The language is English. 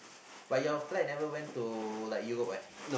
but your flag never went to like Europe leh